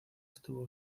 estuvo